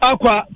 Aqua